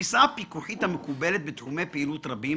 "התפישה הפיקוחית המקובלת בתחומי פעילות רבים